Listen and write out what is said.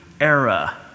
era